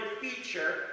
feature